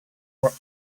were